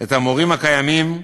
את המורים הקיימים,